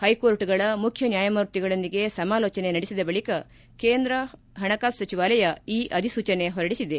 ಹ್ಗೆಕೋರ್ಟ್ಗಳ ಮುಖ್ಯ ನ್ಗಾಯಮೂರ್ತಿಗಳೊಂದಿಗೆ ಸಮಾಲೋಚನೆ ನಡೆಸಿದ ಬಳಿಕ ಕೇಂದ್ರ ಹಣಕಾಸು ಸಚಿವಾಲಯ ಈ ಅಧಿಸೂಚನೆ ಹೊರಡಿಸಿದೆ